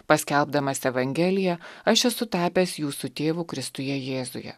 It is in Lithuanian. paskelbdamas evangeliją aš esu tapęs jūsų tėvu kristuje jėzuje